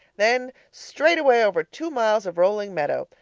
then straight away over two miles of rolling meadow,